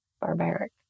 barbaric